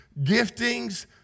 giftings